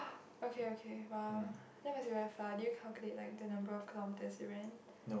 okay okay !wow! that must be very far did you calculate like the number of kilometers you ran